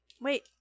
Wait